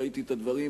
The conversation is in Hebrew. ראיתי את הדברים.